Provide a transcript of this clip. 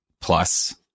Plus